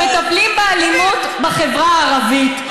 אנחנו מטפלים באלימות בחברה הערבית.